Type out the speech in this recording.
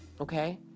Okay